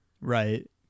Right